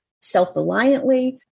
self-reliantly